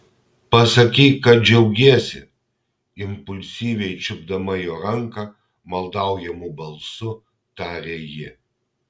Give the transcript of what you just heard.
pasakyk kad džiaugiesi impulsyviai čiupdama jo ranką maldaujamu balsu tarė ji